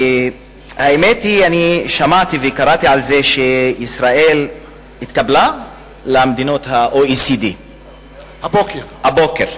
האמת היא ששמעתי וקראתי על זה שישראל התקבלה למדינות ה-OECD הבוקר.